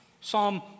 Psalm